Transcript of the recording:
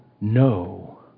no